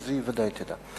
אז היא בוודאי תדע.